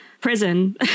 prison